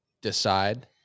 decide